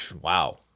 Wow